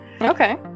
okay